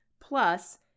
Plus